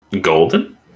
Golden